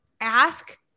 ask